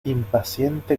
impaciente